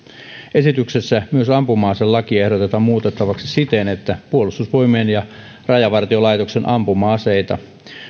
esityksessä myös ampuma aselakia ehdotetaan muutettavaksi siten että puolustusvoimien ja rajavartiolaitoksen ampuma aseita